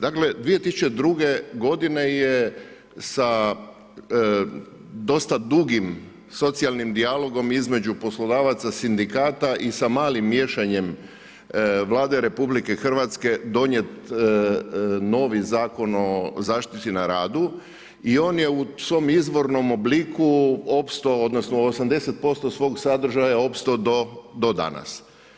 Dakle 2002. godine je sa dosta dugim socijalnim dijalogom između poslodavaca, sindikata i sa malim miješanjem Vlade RH donijet novi Zakon o zaštiti na radu i on je u svom izvornom obliku opstao, odnosno u 80% svog sadržaja opstao do danas.